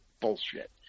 Bullshit